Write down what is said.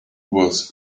was